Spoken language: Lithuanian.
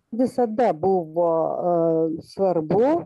visada buvo svarbu